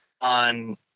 on